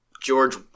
George